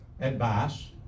advice